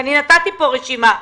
והצגתי פה רשימה,